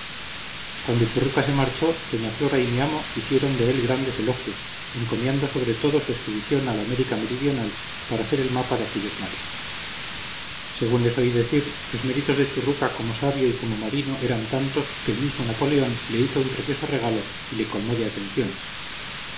cuando churruca se marchó doña flora y mi amo hicieron de él grandes elogios encomiando sobre todo su expedición a la américa meridional para hacer el mapa de aquellos mares según les oí decir los méritos de churruca como sabio y como marino eran tantos que el mismo napoleón le hizo un precioso regalo y le colmó de atenciones